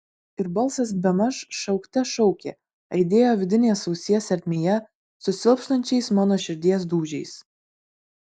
ir balsas bemaž šaukte šaukė aidėjo vidinės ausies ertmėje su silpstančiais mano širdies dūžiais